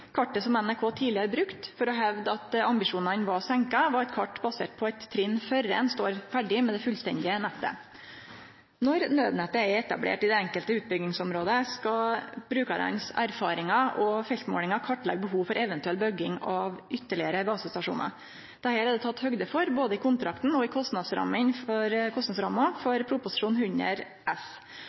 Kartet som NRK tidlegare brukte for å hevde at ambisjonane har vorte reduserte, var eit kart basert på eit trinn før ein står ferdig med det fullstendige nettet. Når nødnettet er etablert i det enkelte utbyggingsområdet, skal brukaranes erfaringar og feltmålingar kartleggje behovet for eventuell bygging av ytterlegare basestasjonar. Dette er det teke høgd for, både i kontrakten og i kostnadsramma i Prop. 100 S for